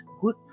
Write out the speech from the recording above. good